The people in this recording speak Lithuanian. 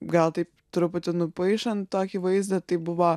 gal taip truputį nupaišant tokį vaizdą tai buvo